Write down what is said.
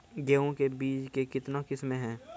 गेहूँ के बीज के कितने किसमें है?